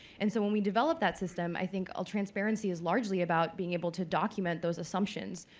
and so when we develop that system, i think all transparency is largely about being able to document those assumptions,